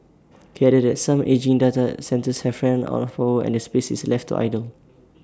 he added that some ageing data centres have ran out of power and the space is left to idle